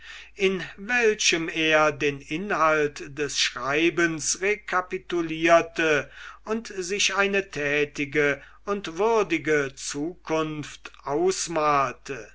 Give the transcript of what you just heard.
in welchem er den inhalt des schreibens rekapitulierte und sich eine tätige und würdige zukunft ausmalte